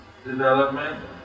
development